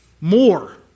more